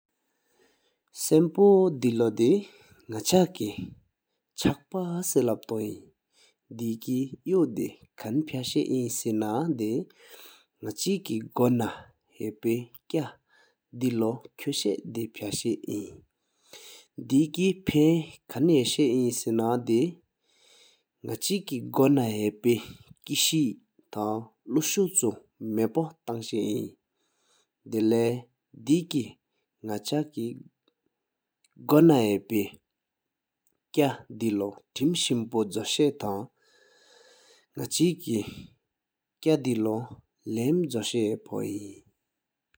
ཤམཔོ དེ་ལོ དེ་ནག་ཇ་སྒོ་ལྔ་བ་པ་སེ་གསལ་པ་རྒྱལ་སྨུག་པ། དེ་དཀར་ཡོད་གཅིག་ཕ་བཤེས་བྱང་སེལ་ན་དེ་ནག་ཇ་དགས་མཐོང་དཀར་སོ་དེ་ཕ་བཤེས་འདོད་སོ་ཡིན། དེ་ཕན་ནང་བཤ཯་ན་དེ་ནག་ཇ་མས་ཐོང་དེ་འདོད་གཞན་དཀར་ལྕགས་དགོད་མོ་གསལ་དཀར་ནང་བསྒར་ཤེར། དེ་ལས་དེ་གི་ནག་ཇ་དགས་མཐོང་དེ་དཀར་སྟེ་དེར་མཚུར་པོ་དཀར་ནང་དགོས་ཆོག་དེ་སྒོ དར་བྱ་མིར་བསྒར་པ་ཐང་ ནག་གཙོ་ཆོས་དད་ཐོང་པ་པ་འདེ་ཕ་བཤེས་སོ།